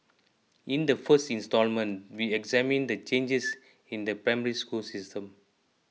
in the first instalment we examine the changes in the Primary School system